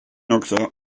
också